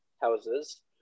houses